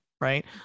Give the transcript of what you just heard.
Right